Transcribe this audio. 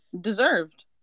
Deserved